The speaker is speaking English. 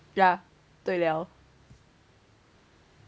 ya 对 liao